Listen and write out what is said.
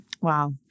Wow